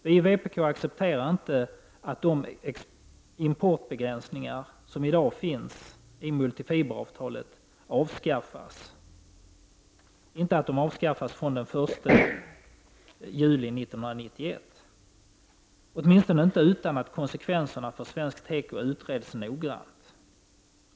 Vi i vpk accepterar inte att de importbegränsningar som i dag finns i multifiberavtalet avskaffas från den 1 juli 1991, åtminstone inte utan att konsekvenserna för svensk teko utreds noggrant.